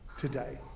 today